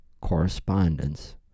correspondence